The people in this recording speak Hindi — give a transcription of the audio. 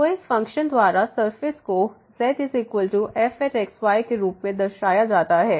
तो इस फ़ंक्शन द्वारा सरफेस को zfx y के रूप में दर्शाया जाता है